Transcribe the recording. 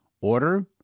Order